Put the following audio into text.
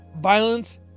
violence